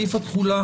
סעיף התחולה